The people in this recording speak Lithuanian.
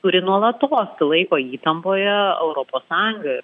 kuri nuolatos laiko įtampoje europos sąjungą